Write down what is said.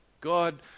God